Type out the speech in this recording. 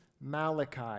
Malachi